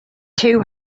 two